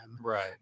right